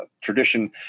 tradition